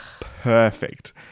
perfect